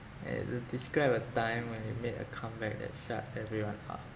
and the describe a time when you made a comeback that shut everyone up